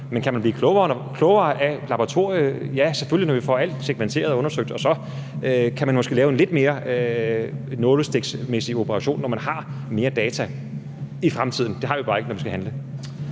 Men kan man blive klogere af laboratoriernes arbejde? Ja, selvfølgelig, når vi får alt sekventeret og undersøgt, kan man måske lave nogle mere nålestikmæssige operationer – og når der er mere data i fremtiden. Det har vi bare ikke, når vi skal handle.